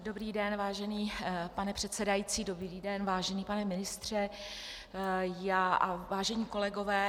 Dobrý den, vážený pane předsedající, dobrý den, vážený pane ministře, vážení kolegové.